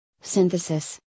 synthesis